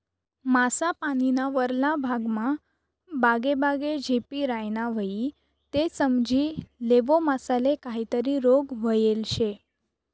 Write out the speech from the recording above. मासा पानीना वरला भागमा बागेबागे झेपी रायना व्हयी ते समजी लेवो मासाले काहीतरी रोग व्हयेल शे